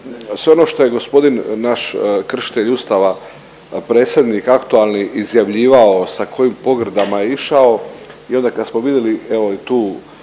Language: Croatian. Sve ono što je gospodin naš kršitelj Ustava predsjednik aktualni izjavljivao, sa kojim pogrdama išao i onda kad smo vidjeli